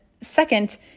second